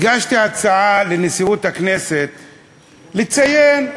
הגשתי הצעה לנשיאות הכנסת לציין,